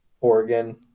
Oregon